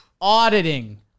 auditing